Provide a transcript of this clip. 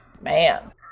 Man